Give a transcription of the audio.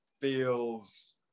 feels